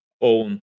own